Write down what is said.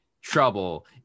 trouble